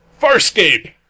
Farscape